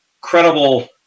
credible